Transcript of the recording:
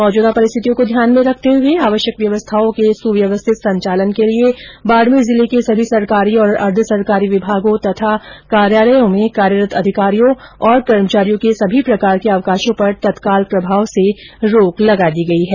मौजूदा परिस्थितियों को ध्यान में रखते हुए आवश्यक व्यवस्थाओं के सुवस्थित संचालन के लिए बाड़मेर जिले के सभी सरकारी और अर्द्ध सरकारी विभागों तथा कार्यालयों में कार्यरत अधिकारियों तथा कर्मचारियों के सभी प्रकार के अवकाशों पर तत्काल प्रभाव से रोक लगा दी गई है